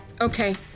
Okay